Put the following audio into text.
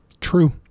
True